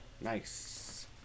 Nice